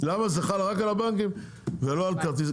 למה זה חל רק על הבנקים ולא על כרטיסי האשראי.